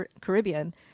Caribbean